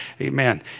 Amen